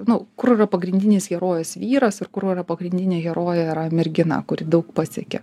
nu kur yra pagrindinis herojas vyras ir kur yra pagrindinė heroja yra mergina kuri daug pasiekė